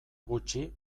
gutxi